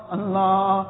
Allah